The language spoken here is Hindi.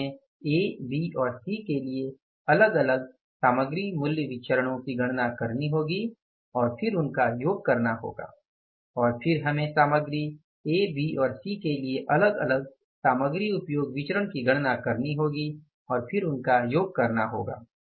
फिर हमें ए बी और सी के लिए अलग अलग सामग्री मूल्य विचरणो की गणना करनी होगी फिर उनका योग करना होगा और फिर हमें सामग्री ए बी और सी के लिए अलग अलग सामग्री उपयोग विचरण की गणना करनी होगी और फिर उनका योग करना होगा